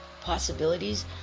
possibilities